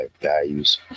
values